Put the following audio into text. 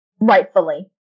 rightfully